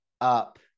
up